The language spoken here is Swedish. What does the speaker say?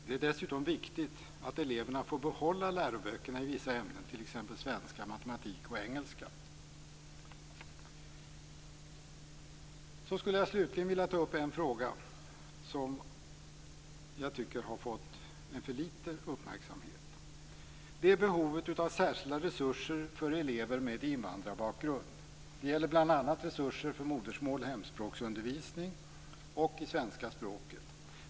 Det är dessutom viktigt att eleverna får behålla läroböckerna i vissa ämnen, t.ex. Slutligen skulle jag vilja ta upp en fråga som jag tycker har fått för litet uppmärksamhet. Det är behovet av särskilda resurser för elever med invandrarbakgrund. Det gäller bl.a. resurser för undervisning i modersmål/hemspråk och i svenska språket.